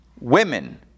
women